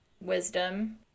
wisdom